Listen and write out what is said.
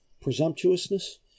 presumptuousness